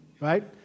right